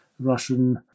Russian